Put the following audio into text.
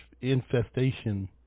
infestation